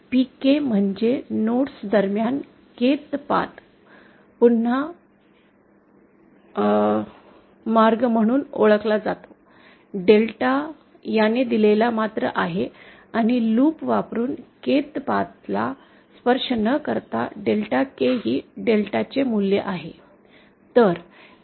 Pk म्हणजेच nodes दरम्यानच्या kth path पुन्हा मार्ग म्हणून ओळखला जातो डेल्टा याने दिलेली मात्रा आहे आणि लूप वापरून kth पाथ ला स्पर्श न करता डेल्टा k ही डेल्टा चे मूल्य आहे